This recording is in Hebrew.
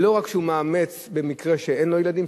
ולא רק שהוא מאמץ במקרה שאין לאדם ילדים,